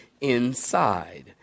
inside